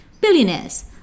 Billionaires